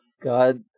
God